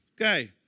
Okay